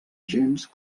gens